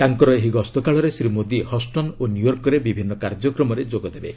ତାଙ୍କର ଏହି ଗସ୍ତ କାଳରେ ଶ୍ରୀ ମୋଦୀ ହଷ୍ଟନ୍ ଓ ନ୍ୟୟର୍କରେ ବିଭିନ୍ନ କାର୍ଯ୍ୟକ୍ରମରେ ଯୋଗ ଦେବେ